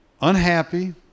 unhappy